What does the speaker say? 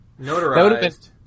notarized